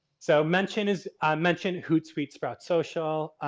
so, mention is mention, hootsuite, sprout social.